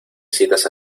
citas